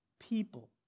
People